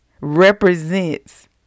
represents